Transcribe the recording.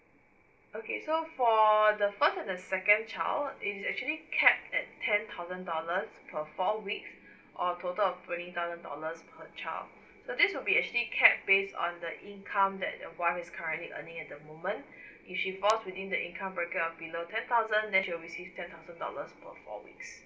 okay so for the first and the second child is actually capped at ten thousand dollars per four weeks or total of twenty thousand dollars per child so this will be actually capped based on the income that the wife is currently earning at the moment if she falls within the income bracket of below ten thousand then she will receive ten thousand dollars per four weeks